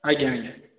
ଆଜ୍ଞା ଆଜ୍ଞା